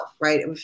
right